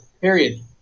period